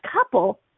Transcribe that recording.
couple